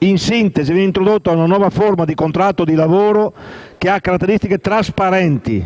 In sintesi, viene introdotta una nuova forma di contratto di lavoro, che ha caratteristiche trasparenti